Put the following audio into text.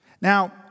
Now